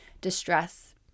distress